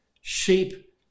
Sheep